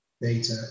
data